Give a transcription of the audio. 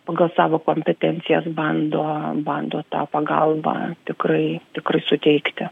pagal savo kompetencijas bando bando tą pagalbą tikrai tikrai suteikti